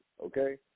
okay